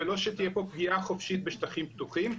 ולא שתהיה פה פגיעה חופשית בשטחים פתוחים.